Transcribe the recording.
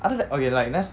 other than okay let's